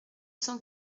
cent